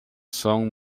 son